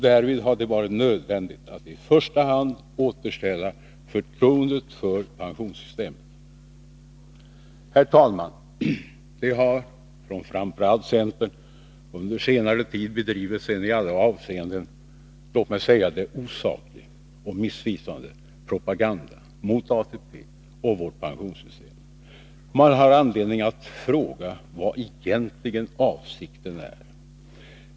Därvid har det varit nödvändigt att i första hand återställa förtroendet för pensionssystemet. Herr talman! Framför allt centern har under senare tid bedrivit en i alla avseenden osaklig och missvisande propaganda mot ATP och vårt pensionssystem. Man har anledning fråga vilken avsikten egentligen är.